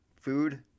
food